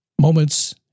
Moments